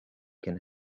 can